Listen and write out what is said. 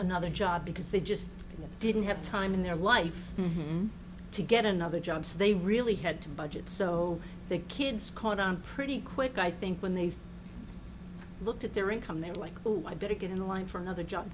another job because they just didn't have time in their life to get another job so they really had to budget so i think kids caught on pretty quick i think when they looked at their income they're like oh i better get in line for another job